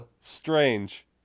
Strange